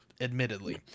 admittedly